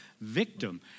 victim